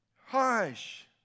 hush